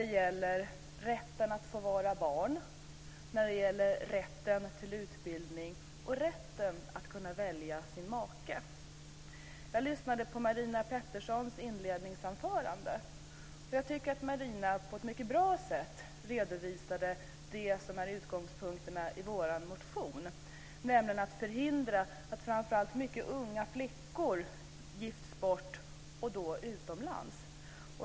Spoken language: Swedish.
Det gäller rätten att få vara barn, rätten till utbildning och rätten att kunna välja sin make. Jag lyssnade på Marina Petterssons inledningsanförande och tycker att Marina på ett mycket bra sätt redovisade vad som är utgångspunkten i vår motion, nämligen att förhindra att framför allt mycket unga flickor gifts bort, och då utomlands.